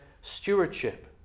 stewardship